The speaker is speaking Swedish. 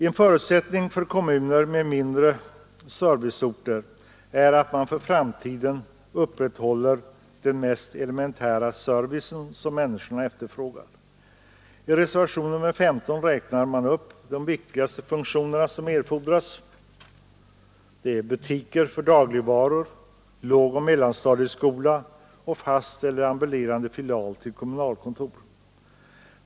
En förutsättning för kommuner med mindre serviceorter är att där för framtiden upprätthålles den mest elementära service som människorna efterfrågar. I reservationen 15 räknar man upp de viktigaste funktioner som erfordras. Det är butiker för dagligvaror, lågoch mellanstadieskola och fast eller ambulerande filial till kommunalkontor.